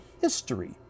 history